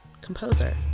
composer